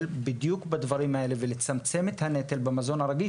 בדיוק בדברים האלה ולצמצם את הנטל במזון הרגיש.